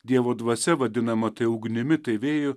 dievo dvasia vadinama tai ugnimi tai vėju